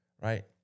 right